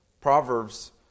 Proverbs